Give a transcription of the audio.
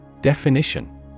definition